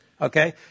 Okay